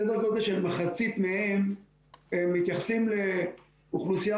סדר גודל של מחצית מהם מתייחסים לאוכלוסייה